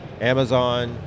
Amazon